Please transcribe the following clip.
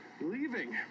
Leaving